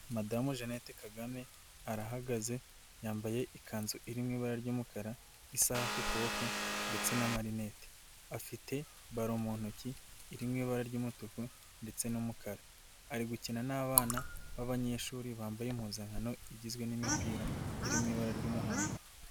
Madamu Jeannette Kagame arahagaze yambaye ikanzu iri mu ibara ry'umukara, isaha ku kuboko ndetse n'amarinete, afite balo mu ntoki iri mu ibara ry'umutuku ndetse n'umukara, ari gukina n'abana b'abanyeshuri bambaye impuzankano igizwe n'imipira iri mu ibara ry'umuhondo.